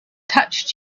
touched